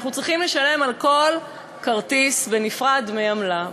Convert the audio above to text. אנחנו צריכים לשלם על כל כרטיס בנפרד דמי עמלה,